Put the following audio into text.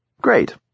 Great